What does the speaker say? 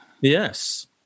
yes